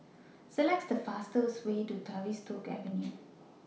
Select The fastest Way to Tavistock Avenue